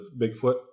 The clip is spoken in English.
Bigfoot